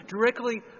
directly